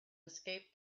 escape